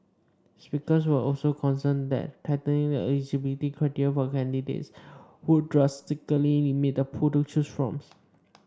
speakers were also concerned that tightening the eligibility criteria for candidates would drastically limit the pool to choose from